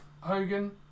Hogan